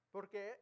Porque